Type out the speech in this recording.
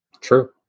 True